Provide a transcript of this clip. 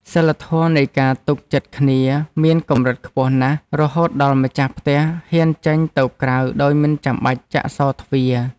សីលធម៌នៃការទុកចិត្តគ្នាមានកម្រិតខ្ពស់ណាស់ រហូតដល់ម្ចាស់ផ្ទះហ៊ានចេញទៅក្រៅដោយមិនចាំបាច់ចាក់សោទ្វារ។